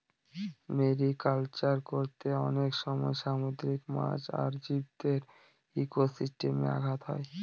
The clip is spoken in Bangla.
মেরিকালচার করতে অনেক সময় সামুদ্রিক মাছ আর জীবদের ইকোসিস্টেমে ঘাত হয়